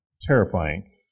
terrifying